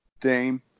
Dame